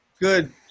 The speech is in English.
Good